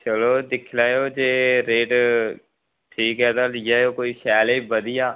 चलो दिक्खी लैओ जे रेट ठीक ऐ तां लेई जाएओ कोई शैल जेई बधिया